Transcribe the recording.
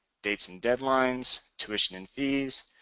dates and deadlines, tuition and fees,